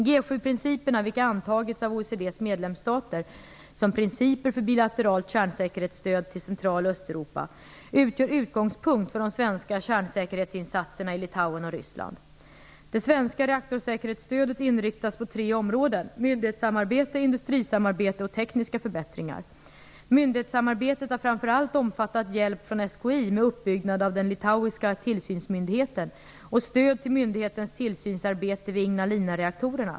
G 7-principerna, vilka antagits av OECD:s medlemsstater som principer för bilateralt kärnsäkerhetsstöd till Central och Östeuropa, utgör utgångspunkt för de svenska kärnsäkerhetsinsatserna i Litauen och Det svenska reaktorsäkerhetsstödet inriktas på tre områden: myndighetssamarbete, indutrisamarbete och tekniska förbättringar. Myndighetssamarbetet har framför allt omfattat hjälp från SKI med uppbyggnad av den litauiska tillsynsmyndigheten, VATESI, och stöd till myndighetens tillsynsarbete vid Ignalinareaktorerna.